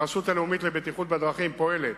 הרשות הלאומית לבטיחות בדרכים פועלת